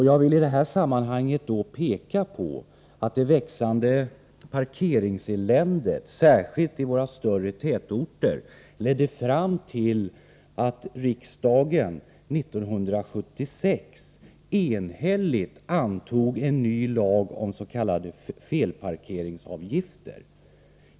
Jag vill i detta sammanhang peka på att det växande parkeringseländet, särskilt i våra större tätorter, ledde fram till att riksdagen 1976 enhälligt antog en ny lag om s.k. felparkeringsavgifter.